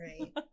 right